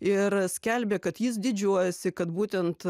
ir skelbė kad jis didžiuojasi kad būtent